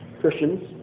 Christians